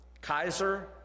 Kaiser